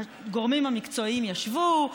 הגורמים המקצועיים ישבו,